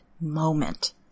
moment